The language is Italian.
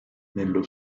nello